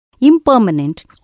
impermanent